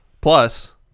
plus